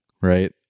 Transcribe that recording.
right